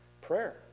Prayer